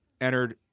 entered